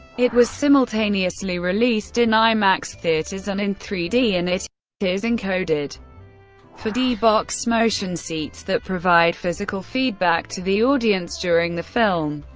it was simultaneously released in imax theaters and in three d, and it is encoded for d-box motion seats that provide physical feedback to the audience during the film.